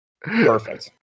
perfect